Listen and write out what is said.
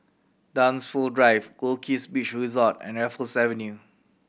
Dunsfold Drive Goldkist Beach Resort and Raffles Avenue